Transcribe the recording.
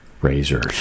razors